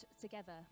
together